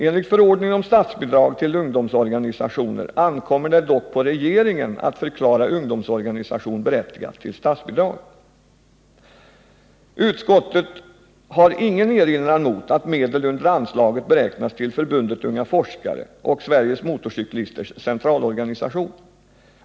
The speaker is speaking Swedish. Enligt förordningen om statsbidrag till ungdomsorganisationer ankommer det dock på regeringen att förklara ungdomsorganisation berättigad till statsbidrag. Utskottet har ingen erinran mot att medel under anslaget beräknas till Förbundet Unga forskare och Sveriges motorcyklisters centralorganisation.